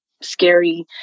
scary